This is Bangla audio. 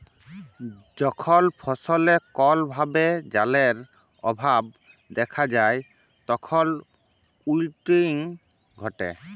যখল ফসলে কল ভাবে জালের অভাব দ্যাখা যায় তখল উইলটিং ঘটে